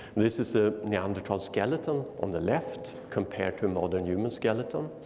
this is a neanderthal skeleton on the left compared to a modern human skeleton.